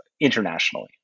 internationally